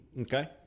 Okay